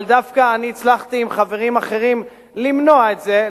אבל דווקא אני הצלחתי עם חברים אחרים למנוע את זה,